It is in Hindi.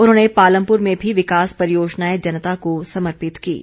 उन्होंने पालमपुर में भी विकास परियोजनाएं जनता को समर्पित कीं